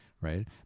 right